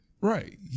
right